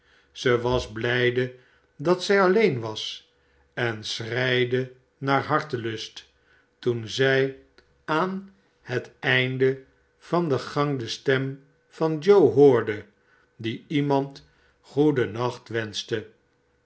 zij was blijde dat zij alleen was en schreide naar hartelust toen zij aan het einde van de gang de stem van joe hoorde die iemand goeden nacht wenschte